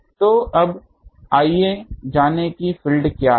तो अब आइए जानें कि फ़ील्ड क्या है